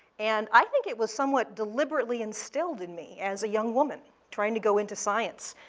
and i think it was somewhat deliberately instilled in me as a young woman, trying to go into science.